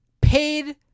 Paid